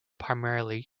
primarily